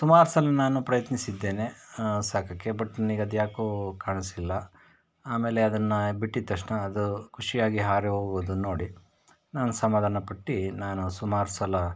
ಸುಮಾರು ಸಲ ನಾನು ಪ್ರಯಿತ್ನಿಸಿದ್ದೇನೆ ಸಾಕೋಕ್ಕೆ ಬಟ್ ನನಿಗದ್ಯಾಕೊ ಕಾಣಸಲಿಲ್ಲ ಆಮೇಲೆ ಅದನ್ನು ಬಿಟ್ಟಿದ ತಕ್ಷಣ ಅದು ಖುಷಿ ಆಗಿ ಹಾರಿ ಹೋಗುಉದನ್ನು ನೋಡಿ ನಾನು ಸಮಾಧಾನ ಪಟ್ಟು ನಾನು ಸುಮಾರು ಸಲ